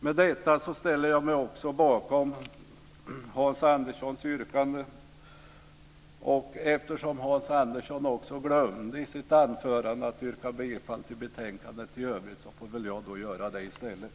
Med detta ställer jag mig också bakom Hans Anderssons yrkande. Eftersom han i sitt anförande glömde att yrka bifall till hemställan i övrigt gör jag det.